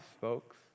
folks